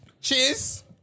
cheers